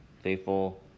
faithful